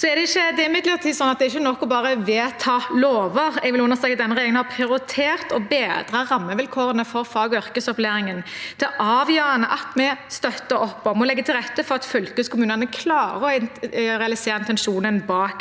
Det er imidlertid sånn at det ikke er nok bare å vedta lover. Jeg vil understreke at denne regjeringen har prioritert å bedre rammevilkårene for fag- og yrkesopplæringen. Det er avgjørende at vi støtter opp om og legger til rette for at fylkeskommunene klarer å realisere inten sjonen bak